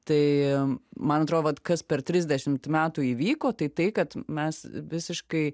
tai man atrodo vat kas per trisdešimt metų įvyko tai tai kad mes visiškai